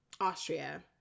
Austria